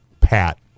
Pat